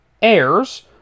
Heirs